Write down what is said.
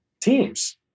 teams